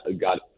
got